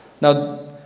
Now